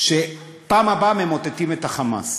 שבפעם הבאה ממוטטים את ה"חמאס".